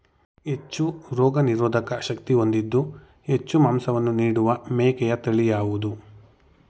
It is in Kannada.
ಹೆಚ್ಚು ರೋಗನಿರೋಧಕ ಶಕ್ತಿ ಹೊಂದಿದ್ದು ಹೆಚ್ಚು ಮಾಂಸವನ್ನು ನೀಡುವ ಮೇಕೆಯ ತಳಿ ಯಾವುದು?